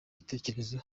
gitekerezo